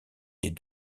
des